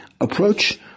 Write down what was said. approach